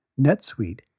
NetSuite